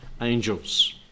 angels